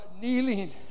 kneeling